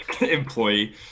employee